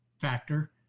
factor